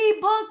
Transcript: book